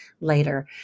later